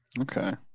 okay